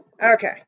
Okay